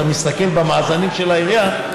כשאתה מסתכל במאזנים של העירייה,